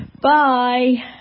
Bye